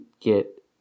get